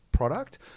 Product